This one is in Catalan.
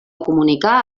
comunicar